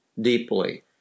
deeply